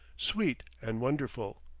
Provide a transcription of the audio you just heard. sweet and wonderful.